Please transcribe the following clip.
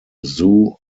zoo